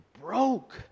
broke